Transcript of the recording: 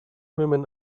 women